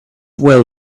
well